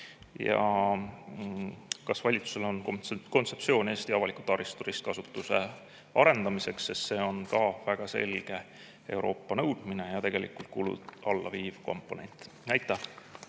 Kas valitsusel on kontseptsioon Eesti avaliku taristu ristkasutuse arendamiseks, sest see on ka väga selge Euroopa nõudmine ja tegelikult kulusid alla viiv komponent? Aitäh!